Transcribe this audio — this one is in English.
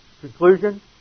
Conclusion